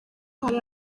hari